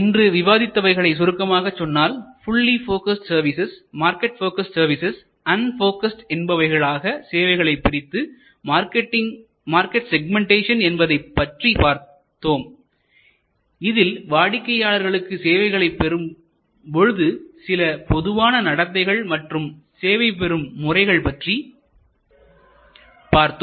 இன்று விவாதித்தவைகளை சுருக்கமாக சொன்னால் fully focused services market focused services unfocused என்பவைகள் ஆக சேவையை பிரித்து மார்க்கெட் செக்மெண்டேஷன் என்பதைப் பற்றி பார்த்தோம் இதில் வாடிக்கையாளர்களுக்கு சேவைகளைப் பெறும் பொழுது சில பொதுவான நடத்தைகள் மற்றும் சேவை பெறும்முறைகள் பற்றி பார்த்தோம்